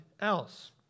else